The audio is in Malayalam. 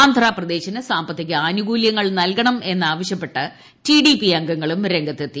ആന്ധ്രാപ്രദേശിന് സാമ്പത്തിക ആനുകൂല്യങ്ങൾ നൽകണമെന്നാവശ്യപ്പെട്ട് ടി ഡി പി അംഗങ്ങളും രംഗത്തെത്തി